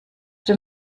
dem